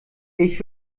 ich